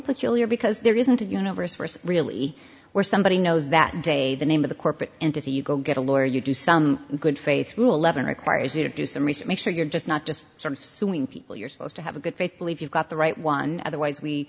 peculiar because there isn't a universe where really where somebody knows that day the name of the corporate entity you go get a lawyer you do some good faith rule eleven requires you to do some research make sure you're just not just suing people you're supposed to have a good faith believe you've got the right one otherwise we